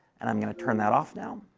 and i'm going to turn that off now.